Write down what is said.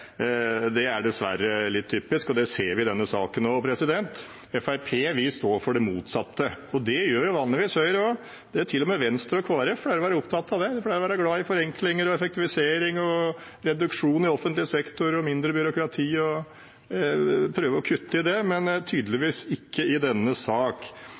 dessverre litt typisk, og det ser vi også i denne saken. Fremskrittspartiet står for det motsatte, og det gjør vanligvis Høyre også. Til og med Venstre og Kristelig Folkeparti pleier å være opptatt av det; de pleier å være glad i forenklinger, effektivisering, reduksjon i offentlig sektor og mindre byråkrati og å prøve å kutte i det, men tydeligvis ikke i denne